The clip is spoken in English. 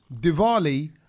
Diwali